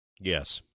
Yes